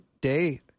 day